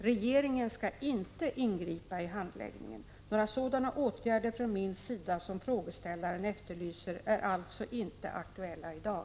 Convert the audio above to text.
Regeringen skall inte ingripa i handläggningen. Några sådana åtgärder från min sida som frågeställaren efterlyser är alltså inte aktuella i dag.